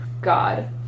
God